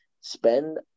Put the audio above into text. spend